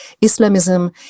Islamism